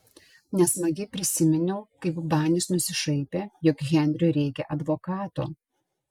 nesmagiai prisiminiau kaip banis nusišaipė jog henriui reikią advokato